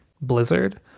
Blizzard